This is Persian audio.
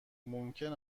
ممکن